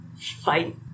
fight